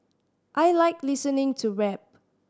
I like listening to rap